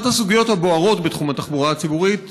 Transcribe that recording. אחת הסוגיות הבוערות בתחום התחבורה הציבורית